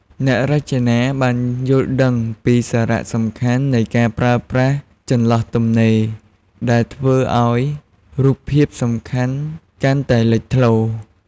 អ្នករចនាបានយល់ដឹងពីសារៈសំខាន់នៃការប្រើប្រាស់ចន្លោះទំនេរ ដែលធ្វើឲ្យរូបភាពសំខាន់កាន់តែលេចធ្លោ។